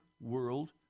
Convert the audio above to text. world